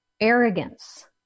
Arrogance